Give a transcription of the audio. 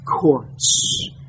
courts